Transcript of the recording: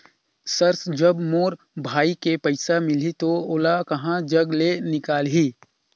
Sir जब मोर भाई के पइसा मिलही तो ओला कहा जग ले निकालिही?